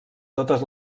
totes